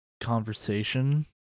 conversation